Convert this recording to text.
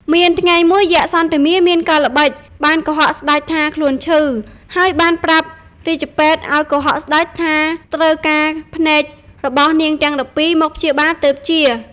មានថ្ងៃមួយយក្សសន្ធមារមានកលល្បិចបានកុហកស្តេចថាខ្លួនឈឺ ហើយបានប្រាប់រាជពេទ្យឲ្យកុហកស្តេចថាត្រូវការភ្នែករបស់នាងទាំង១២មកព្យាបាលទើបជា។